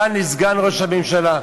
סגן לסגן ראש הממשלה.